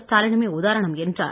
ஸ்டாலி னுமே உதாரணம் என்றார்